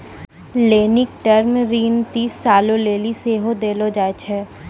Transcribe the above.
लेनिक टर्म ऋण तीस सालो लेली सेहो देलो जाय छै